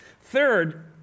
Third